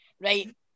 Right